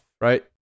right